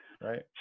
Right